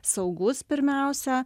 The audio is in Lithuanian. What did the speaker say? saugus pirmiausia